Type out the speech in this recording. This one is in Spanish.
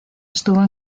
estuvo